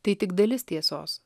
tai tik dalis tiesos